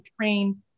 train